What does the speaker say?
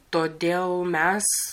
todėl mes